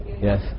yes